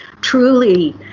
truly